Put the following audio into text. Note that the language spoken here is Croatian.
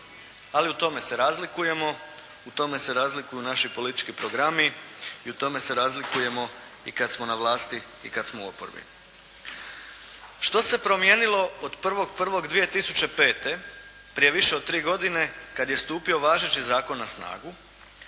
Ali u tome se razlikujemo. U tome se razlikuju naši politički programi i u tome se razlikujemo i kad smo na vlasti i kad smo u oporbi. Što se promijenilo od 1.1.2005. prije više od 3 godine kad je stupio važeći zakon na snagu,